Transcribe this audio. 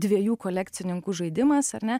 dviejų kolekcininkų žaidimas ar ne